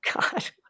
God